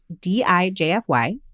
D-I-J-F-Y